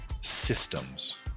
Systems